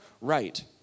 right